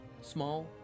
small